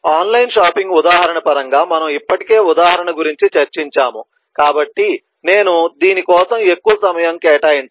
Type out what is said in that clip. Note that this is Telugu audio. ఆన్లైన్ షాపింగ్ ఉదాహరణ పరంగా మనము ఇప్పటికే ఉదాహరణ గురించి చర్చించాము కాబట్టి నేను దీని కోసం ఎక్కువ సమయం కేటాయించను